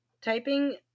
Typing